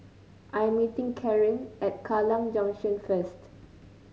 I am meeting Carin at Kallang Junction first